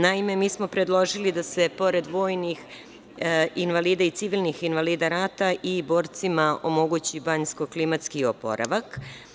Naime, mi smo predložili da se pored vojnih invalida i civilnih invalida rata i borcima omogući banjsko-klimatski oporavak.